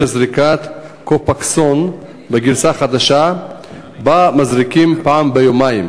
זריקת "קופקסון" בגרסה החדשה שבה מזריקים פעם ביומיים,